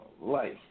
life